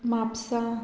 Mapusa